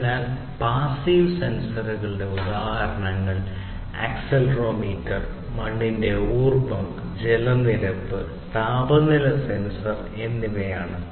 അതിനാൽ പാസ്സീവ് സെൻസറുകളുടെ ഉദാഹരണങ്ങൾ ആക്സിലറോമീറ്റർ മണ്ണിന്റെ ഈർപ്പം ജലനിരപ്പ് താപനില സെൻസർ എന്നിവയാണ്